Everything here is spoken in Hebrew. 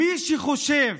מי שחושב